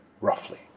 roughly